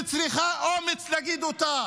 וצריך אומץ להגיד אותה,